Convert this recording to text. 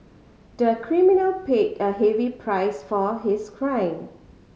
the criminal paid a heavy price for his crime